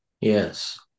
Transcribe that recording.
Yes